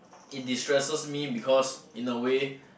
it destresses me because in a way